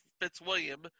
Fitzwilliam